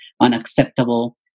unacceptable